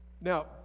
now